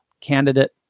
candidate